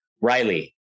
Riley